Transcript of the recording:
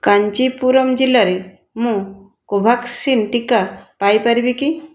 କାଞ୍ଚିପୁରମ୍ ଜିଲ୍ଲାରେ ମୁଁ କୋଭ୍ୟାକ୍ସିନ୍ ଟିକା ପାଇ ପାରିବି କି